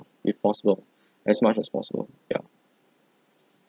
if possible as much as possible ya